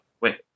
wait